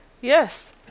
Yes